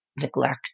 neglect